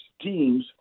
teams